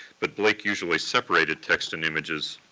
but blake usually separated text and images,